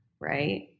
right